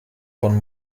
von